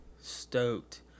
stoked